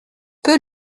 peu